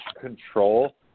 control